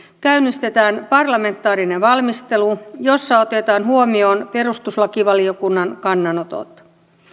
käynnistetään parlamentaarinen valmistelu jossa otetaan huomioon perustuslakivaliokunnan kannanotot